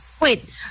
Wait